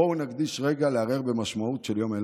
בואו נקדיש רגע להרהר במשמעות של יום אילת.